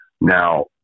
now